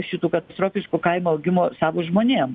šitų katastrofiškų kainų augimo savo žmonėm